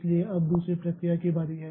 इसलिए अब दूसरी प्रक्रिया की बारी है